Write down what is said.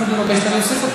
אם את מבקשת, אני אוסיף אותך.